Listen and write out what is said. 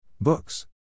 Books